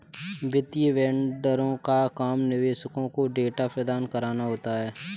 वित्तीय वेंडरों का काम निवेशकों को डेटा प्रदान कराना होता है